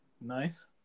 Nice